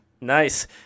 Nice